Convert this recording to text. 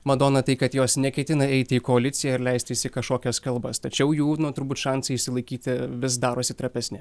madona tai kad jos neketina eiti į koaliciją ir leistis į kažkokias kalbas tačiau jų na turbūt šansai išsilaikyti vis darosi trapesni